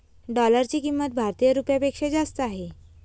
डॉलरची किंमत भारतीय रुपयापेक्षा जास्त आहे